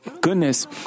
goodness